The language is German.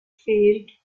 fehlt